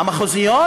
במחוזיות